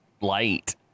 Light